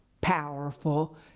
powerful